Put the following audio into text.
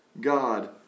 God